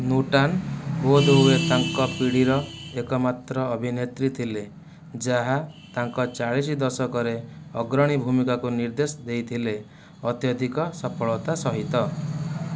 ନୁଟାନ୍ ବୋଧହୁଏ ତାଙ୍କ ପିଢ଼ିର ଏକମାତ୍ର ଅଭିନେତ୍ରୀ ଥିଲେ ଯାହା ତାଙ୍କ ଚାଳିଶ ଦଶକରେ ଅଗ୍ରଣୀ ଭୂମିକାକୁ ନିର୍ଦ୍ଦେଶ ଦେଇଥିଲେ ଅତ୍ୟଧିକ ସଫଳତା ସହିତ